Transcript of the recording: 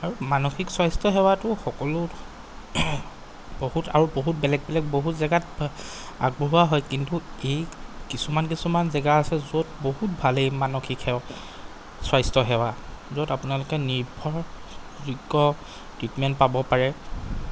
আৰু মানসিক স্বাস্থ্যসেৱাতো সকলো বহুত আৰু বহুত বেলেগ বেলেগ বহুত জেগাত আগবঢ়োৱা হয় কিন্তু এই কিছুমান কিছুমান জেগা আছে য'ত বহুত ভাল এই মানসিক সেৱা স্বাস্থ্যসেৱা য'ত আপোনালোকে নিৰ্ভৰযোগ্য ট্ৰিটমেণ্ট পাব পাৰে